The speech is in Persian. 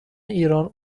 ایران